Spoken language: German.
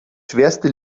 schwerste